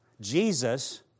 Jesus